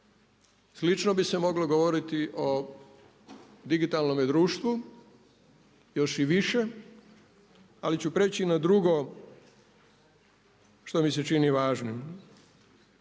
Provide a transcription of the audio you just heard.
Slično bi se moglo govoriti o digitalnome društvu još i više, ali ću prijeći na drugo što mi se čini važnim.